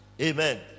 Amen